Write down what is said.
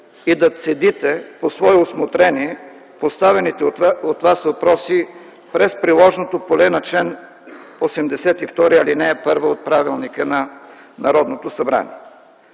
и да цедите по свое усмотрение поставените от нас въпроси през приложното поле на чл. 82, ал. 1 от правилника на Народното събрание.